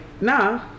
nah